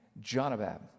Jonabab